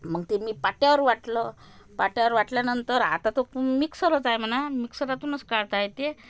मग ते मी पाट्यावर वाटलं पाट्यावर वाटल्यानंतर आता तर मिक्सरच आहे म्हणा मिक्सरातूनच काढता येते